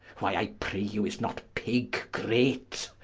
why i pray you, is not pig, great?